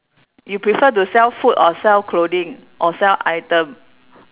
you prefer to sell food or sell clothing or sell item